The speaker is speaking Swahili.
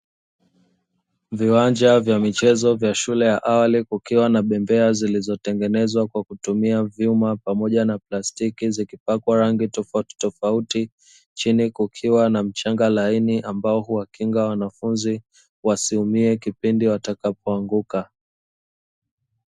Viwanja vya michezo vya shule ya awali, kukiwa na bembea zilizotengenezwa kwa kutumia vyuma pamoja na plastiki zikipakwa rangi tofautitofauti. Chini kukiwa na mchanga laini ambao huwakinga wanafunzi wasiumie kipindi watakapoanguka.